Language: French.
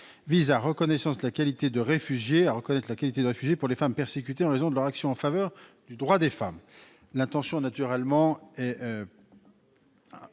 vise à reconnaître la qualité de réfugié aux femmes persécutées en raison de leur action en faveur des droits des femmes. L'intention est bien sûr